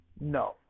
no